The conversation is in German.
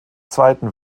zweiten